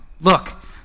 Look